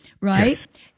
right